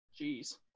Jeez